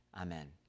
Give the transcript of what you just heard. Amen